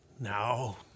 Now